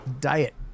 diet